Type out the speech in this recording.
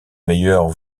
meilleur